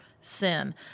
sin